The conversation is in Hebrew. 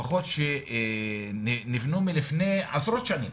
לפחות שנבנו מלפני עשרות שנים,